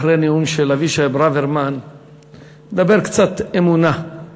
אחרי הנאום של אבישי ברוורמן נדבר קצת אמונה.